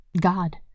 God